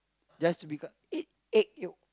just to become egg egg yolk